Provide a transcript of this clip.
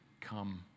Come